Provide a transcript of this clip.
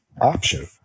option